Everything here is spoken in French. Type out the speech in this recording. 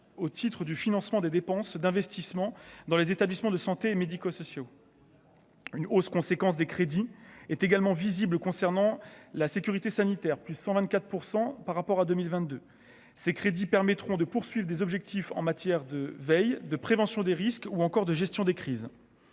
au titre du financement des dépenses d'investissement dans les établissements de santé et médico-sociaux. Une hausse, conséquence des crédits est également visible concernant la sécurité sanitaire, plus 124 % par rapport à 2022 ces crédits permettront de poursuivent des objectifs en matière de veille de prévention des risques ou encore de gestion des crises